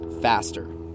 faster